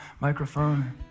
microphone